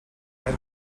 архи